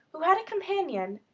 who had a companion,